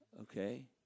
Okay